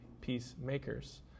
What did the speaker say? peacemakers